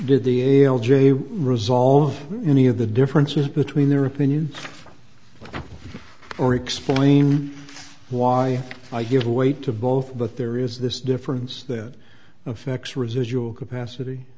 did the ale j resolve any of the differences between their opinion or explain why i give weight to both but there is this difference that affects residual capacity